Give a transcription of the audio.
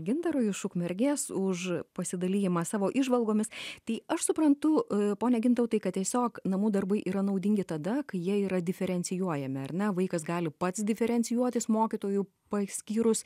gintarui iš ukmergės už pasidalijimą savo įžvalgomis tai aš suprantu pone gintautai kad tiesiog namų darbai yra naudingi tada kai jie yra diferencijuojami ar ne vaikas gali pats diferencijuotis mokytojų paskyrus